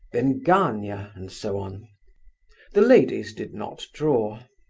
then gania, and so on the ladies did not draw.